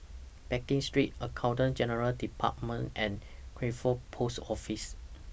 Pekin Street Accountant General's department and Crawford Post Office